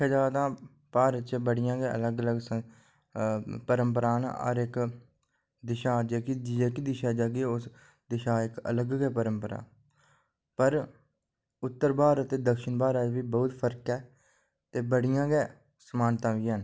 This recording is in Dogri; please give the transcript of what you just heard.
दिक्खेआ जा तां भारत च बड़ियां गै अलग अलग परंपरां न हर इक्क दिशा जेह्की दिशा जंदी दिशा इक्क अलग गै परंपरा पर उत्तर भारत ते दक्षिण भारत च बहोत फर्क ऐ ते बड़ियां गै समानता बी हैन